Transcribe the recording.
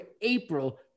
April